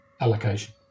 allocation